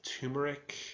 turmeric